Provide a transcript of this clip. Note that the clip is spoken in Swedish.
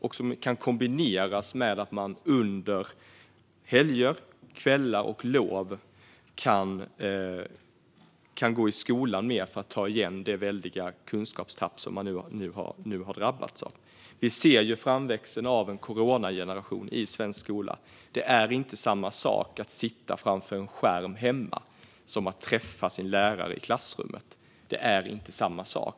Det kan kombineras med att de under helger, kvällar och lov kan gå i skolan mer för att ta igen det väldiga kunskapstapp som de nu har drabbats av. Vi ser framväxten av en coronageneration i svensk skola. Det är inte samma sak att sitta framför en skärm hemma som att träffa sin lärare i klassrummet.